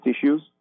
tissues